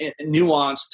nuanced